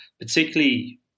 particularly